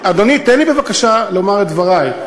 אדוני, תן לי בבקשה לומר את דברי.